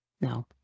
No